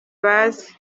baze